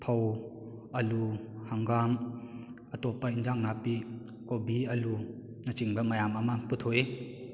ꯐꯧ ꯑꯂꯨ ꯍꯪꯒꯥꯝ ꯑꯇꯣꯞꯄ ꯌꯦꯟꯁꯥꯡ ꯅꯥꯄꯤ ꯀꯣꯕꯤ ꯑꯂꯨꯅꯆꯤꯡꯕ ꯃꯌꯥꯝ ꯑꯃ ꯄꯨꯊꯣꯛꯏ